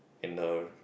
in the